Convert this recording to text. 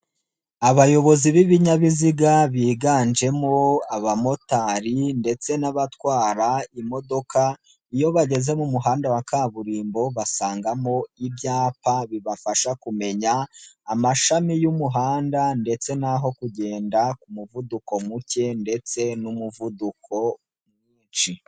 Abayobozi b'ibinyabiziga biganjemo abamotari ndetse n'abatwara imodoka, iyo bageze mu muhanda wa kaburimbo basangamo ibyapa bibafasha kumenya, amashami y'umuhanda ndetse n'aho kugenda ku muvuduko muke ndetse n'umuvuduko mwinshi.